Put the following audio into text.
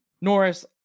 Norris